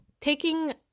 taking